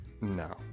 No